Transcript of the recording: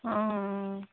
অঁ অঁ